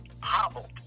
hobbled